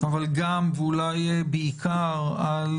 אבל גם, ואולי בעיקר, על